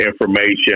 information